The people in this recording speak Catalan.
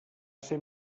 ser